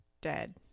dead